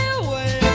away